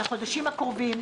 לחודשים הקרובים,